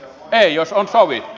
ei jos on sovittu